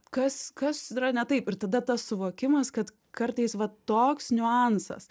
kas kas yra ne taip ir tada tas suvokimas kad kartais vat toks niuansas